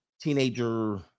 Teenager